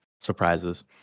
surprises